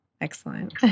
Excellent